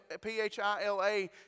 P-H-I-L-A